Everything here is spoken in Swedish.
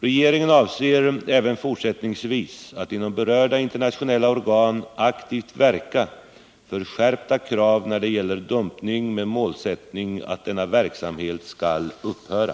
Regeringen avser även fortsättningsvis att inom berörda internationella organ aktivt verka för skärpta krav när det gäller dumpning med målsättningen att denna verksamhet helt skall upphöra.